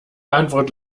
antwort